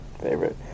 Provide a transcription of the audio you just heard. favorite